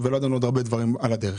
ולא ידענו עוד הרבה דברים על הדרך.